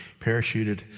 Parachuted